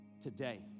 Today